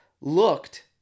looked